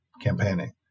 campaigning